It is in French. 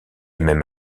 même